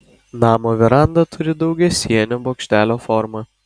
namo veranda turi daugiasienio bokštelio formą